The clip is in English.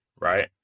Right